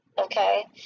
okay